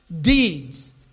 Deeds